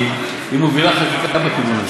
כי היא מובילה חקיקה בכיוון הזה.